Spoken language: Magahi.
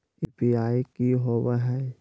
यू.पी.आई की होवे हय?